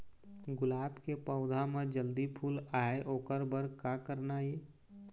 गुलाब के पौधा म जल्दी फूल आय ओकर बर का करना ये?